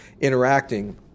interacting